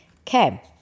Okay